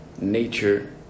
nature